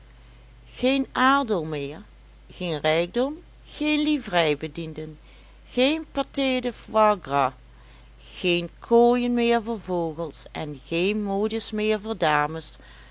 geen adel meer geen rijkdom geen livereibedienden geen paté de foie gras geen kooien meer voor vogels en geen modes meer voor dames